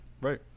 right